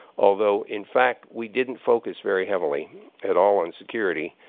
although, in fact, we didn't focus very heavily at all on security,